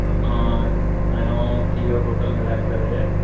तव्हांजो थी वियो टोटल मिलाए करे